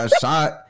shot